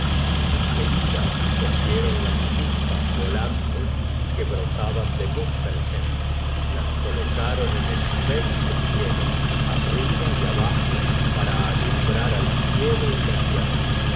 seguida cogieron las chispas volantes que brotaban de muspelhem las colocaron en el inmenso cielo arriba y abajo para alumbrar al cielo y la tierra